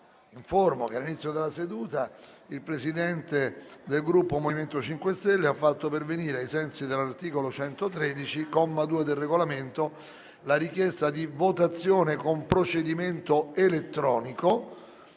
che all'inizio della seduta il Presidente del Gruppo MoVimento 5 Stelle ha fatto pervenire, ai sensi dell'articolo 113, comma 2, del Regolamento, la richiesta di votazione con procedimento elettronico